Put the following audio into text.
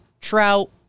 Trout